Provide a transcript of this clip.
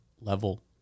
level